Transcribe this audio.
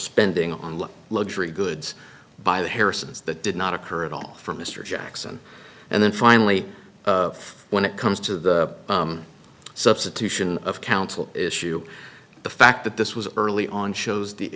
spending on luxury goods by the harrisons that did not occur at all from mr jackson and then finally when it comes to the substitution of counsel issue the fact that this was early on shows the